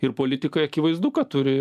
ir politikai akivaizdu kad turi